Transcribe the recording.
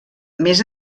més